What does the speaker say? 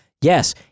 Yes